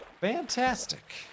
Fantastic